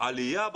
תודה רבה.